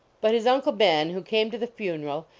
but his uncle ben, who came to the funeral,